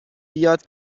بیاد